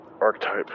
Archetype